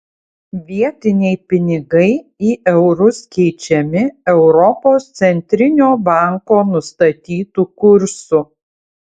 vietiniai pinigai į eurus keičiami europos centrinio banko nustatytu kursu